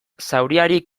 zauriari